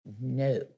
No